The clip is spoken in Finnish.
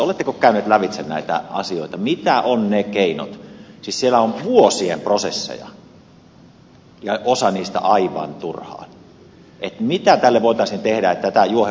oletteko käyneet lävitse näitä asioita mitä ovat ne keinot siis siellä on vuosien prosesseja ja osa niistä aivan turhaan mitä tälle voitaisiin tehdä että tätä juohevoitettaisiin